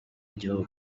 igihugu